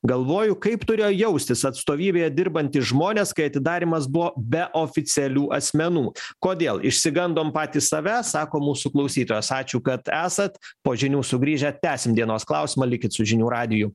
galvoju kaip turėjo jaustis atstovybėje dirbantys žmonės kai atidarymas buvo be oficialių asmenų kodėl išsigandom patys save sako mūsų klausytojas ačiū kad esat po žinių sugrįžę tęsim dienos klausimą likit su žinių radiju